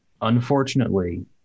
Unfortunately